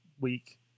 week